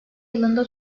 yılında